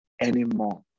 anymore